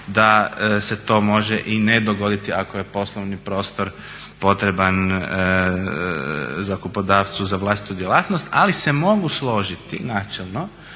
da se to može i ne dogoditi ako je poslovni prostor potreban zakupodavcu za vlastitu djelatnost, ali se mogu složiti načelno